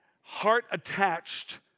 heart-attached